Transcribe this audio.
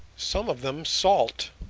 some of them salt.